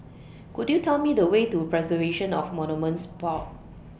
Could YOU Tell Me The Way to Preservation of Monuments Board